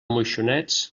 moixonets